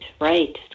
right